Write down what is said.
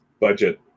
budget